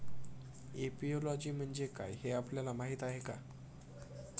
Apiology म्हणजे काय, हे आपल्याला माहीत आहे का?